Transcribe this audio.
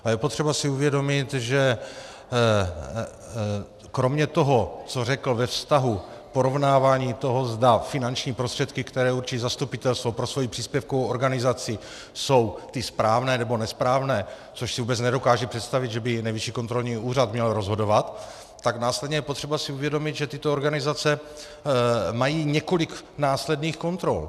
A je potřeba si uvědomit, že kromě toho, co řekl ve vztahu porovnávání toho, zda finanční prostředky, které určí zastupitelstvo pro svoji příspěvkovou organizaci, jsou ty správné nebo nesprávné, což si vůbec nedokážu představit, že by Nejvyšší kontrolní úřad měl rozhodovat, tak následně je potřeba si uvědomit, že tyto organizace mají několik následných kontrol.